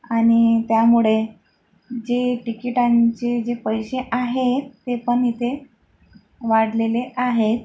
आणि त्यामुळे जे तिकिटांचे जे पैसे आहे ते पण इथे वाढलेले आहे